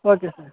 okay sir